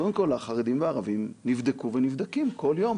קודם כול, החרדים והערבים נבדקו ונבדקים כל יום.